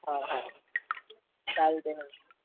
हां हो चालते आहे ना